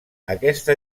aquesta